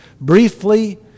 briefly